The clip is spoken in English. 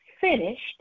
finished